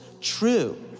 true